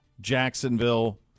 Jacksonville